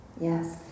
Yes